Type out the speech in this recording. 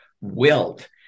wilt